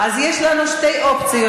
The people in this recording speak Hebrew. אז יש לנו שתי אופציות.